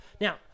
Now